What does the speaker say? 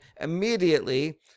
immediately